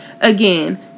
Again